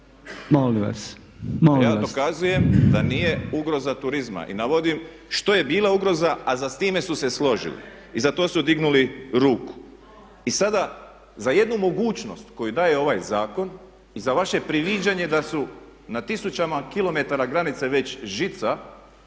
Evo dokazujem da nije ugroza turizma i navodim što je bila ugroza a s time su se složili i za to su dignuli ruku. I sada za jednu mogućnost koju daje ovaj zakon i za vaše priviđanje da su na tisućama kilometara granice već žica